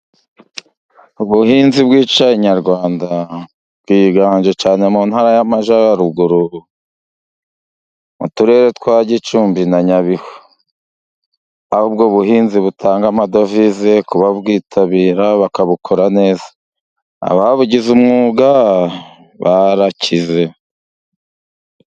Ubuhinzi by'icyayi nyarwanda, bwiganje cyane mu ntara y'Amajyaruguru , mu turere twa Gicumbi na Nyabihu, aho ubwo buhinzi butanga amadovize kubabwitabira bakabukora neza, ababugize umwuga barakize.